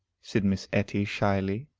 said miss etty shyly.